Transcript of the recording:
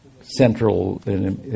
central